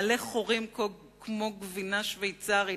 מלא חורים כמו גבינה שוויצרית,